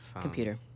Computer